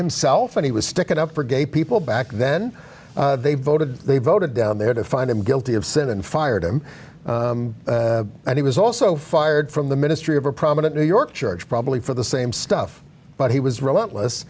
himself and he was sticking up for gay people back then they voted they voted down there to find him guilty of sin and fired him and he was also fired from the ministry of a prominent new york church probably for the same stuff but he was relentless